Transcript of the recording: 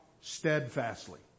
steadfastly